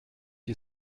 you